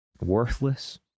worthless